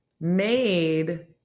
made